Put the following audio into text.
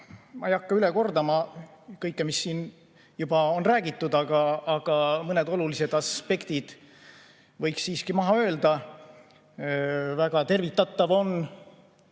Ma ei hakka üle kordama kõike, mis siin juba on räägitud, aga mõned olulised aspektid võiks siiski maha öelda. Väga tervitatav on,